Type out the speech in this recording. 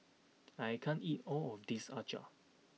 I can't eat all of this acar